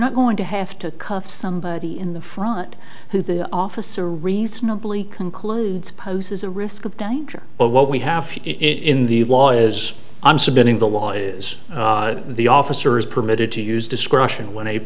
not going to have to somebody in the front who the officer reasonably conclude poses a risk of danger but what we have in the law is i'm submitting the law is the officer is permitted to use discretion when